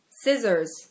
Scissors